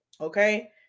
okay